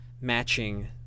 matching